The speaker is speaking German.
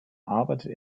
arbeitet